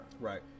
Right